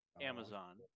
Amazon